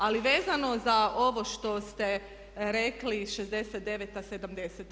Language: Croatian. Ali vezano za ovo što ste rekli '69., '70.